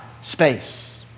space